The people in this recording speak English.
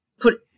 put